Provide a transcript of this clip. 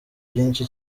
byinshi